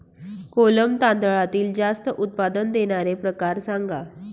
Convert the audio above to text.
कोलम तांदळातील जास्त उत्पादन देणारे प्रकार सांगा